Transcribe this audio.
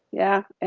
yeah, and